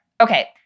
okay